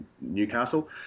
Newcastle